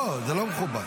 לא, זה לא מכובד.